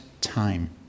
time